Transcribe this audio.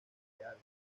villalba